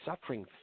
suffering